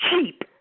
cheap